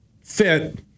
fit